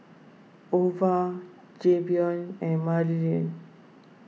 Ova Jayvion and Marylin